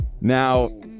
Now